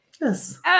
Yes